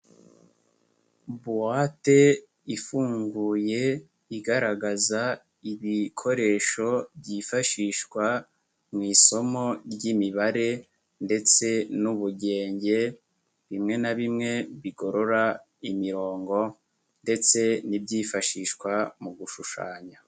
Buwate ifunguye igaragaza ibikoresho byifashishwa mu isomo ry'Imibare, ndetse n'Ubugenge, bimwe na bimwe bigorora imirongo ,ndetse n'ibyifashishwa mu gushushanya.